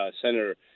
Senator